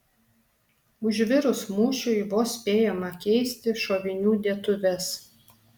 užvirus mūšiui vos spėjama keisti šovinių dėtuves